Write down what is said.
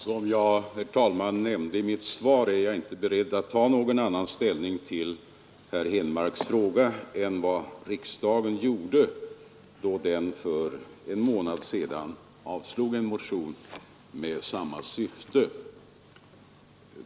Herr talman! Som jag nämnde i mitt svar är jag inte beredd att ta någon annan ställning till herr Henmarks fråga än vad riksdagen gjorde då den för en månad sedan avslog en motion med samma syfte.